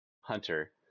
Hunter